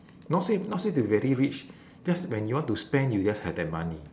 not say not say be very rich just when you want to spend you just have the money